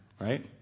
right